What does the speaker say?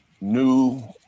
new